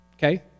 Okay